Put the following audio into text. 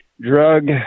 drug